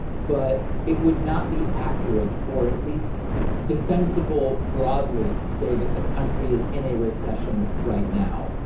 but it would not be accurate or at least defensible broadly to say that the country is in a recession right now.